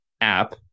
app